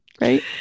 Right